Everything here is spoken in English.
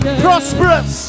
prosperous